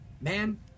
man